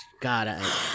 God